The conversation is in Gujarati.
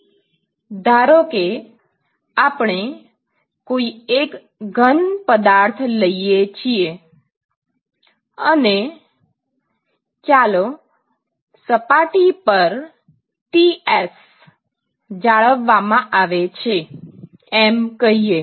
Refer Slide Time 1133 ધારો કે આપણે કોઈ એક ઘન પદાર્થ લઈએ છીએ અને ચાલો સપાટી પર Ts જાળવવામાં આવે છે એમ કહીએ